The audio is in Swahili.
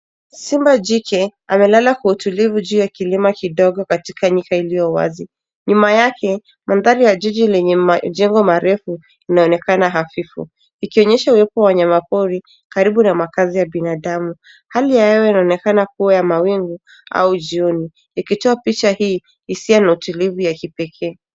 Simba jike amelala kwa utulivu juu ya kilima kidogo katika nika ilio wazi. Nyuma yake, mandhali ya juji ili njengo marefu naonekana hafifu. Ikionyesha wepo wa nyamakori karibu na makazi ya binadamu. Hali ya ewe naonekana kuwe ya mawingu au jioni. Ikitua picha hii isia nautulivu ya kipeke.